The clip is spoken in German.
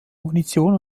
munition